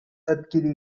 adquirí